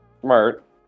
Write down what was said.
smart